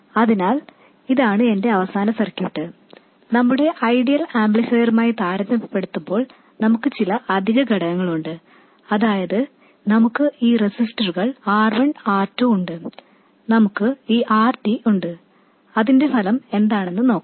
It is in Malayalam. അതിനാൽ ഇതാണ് എന്റെ അവസാന സർക്യൂട്ട് നമ്മുടെ ഐഡിയൽ ആംപ്ലിഫയറുമായി താരതമ്യപ്പെടുത്തുമ്പോൾ നമുക്ക് ചില അധിക ഘടകങ്ങൾ ഉണ്ട് അതായത് നമുക്ക് ഈ റെസിസ്റ്ററുകൾ R1 R2 ഉണ്ട് നമുക്ക് ഈ RD ഉണ്ട് അതിന്റെ ഫലം എന്താണെന്ന് നോക്കാം